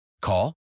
Call